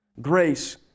Grace